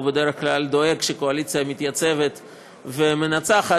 בדרך כלל דואג שהקואליציה מתייצבת ומנצחת,